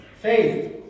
Faith